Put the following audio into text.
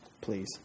please